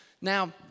Now